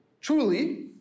truly